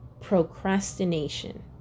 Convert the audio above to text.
procrastination